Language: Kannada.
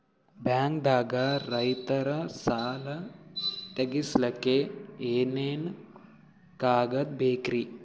ಬ್ಯಾಂಕ್ದಾಗ ರೈತರ ಸಾಲ ತಗ್ಸಕ್ಕೆ ಏನೇನ್ ಕಾಗ್ದ ಬೇಕ್ರಿ?